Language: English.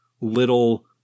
little